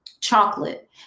chocolate